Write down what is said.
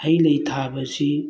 ꯍꯩ ꯂꯩ ꯊꯥꯕ ꯑꯁꯤ